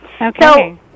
Okay